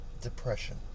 Depression